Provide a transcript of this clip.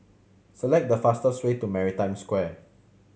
select the fastest way to Maritime Square